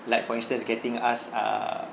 like for instance getting us err